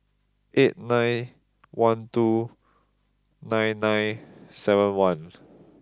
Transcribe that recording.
eight nine one two nine nine seven one